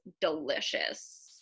delicious